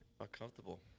Uncomfortable